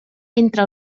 entre